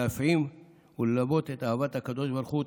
להפנים וללבות את אהבת הקדוש ברוך הוא,